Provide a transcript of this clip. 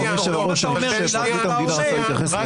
אדוני היושב-ראש, פרקליט המדינה רוצה להתייחס.